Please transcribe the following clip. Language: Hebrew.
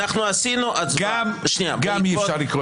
אנחנו עכשיו עשינו הצבעה --- אם אי-אפשר לקרוא